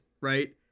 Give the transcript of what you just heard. right